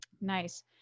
Nice